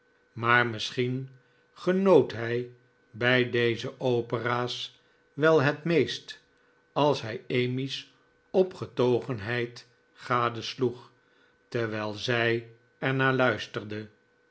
maar misschien genoot hij bij deze opera's wel het meest als hij emmy's opgetogenheid gadesloeg terwijl zij er naar luisterde